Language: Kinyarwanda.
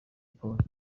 polly